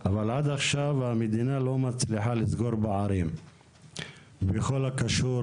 המדינה לא מצליחה לסגור פערים בכל הקשור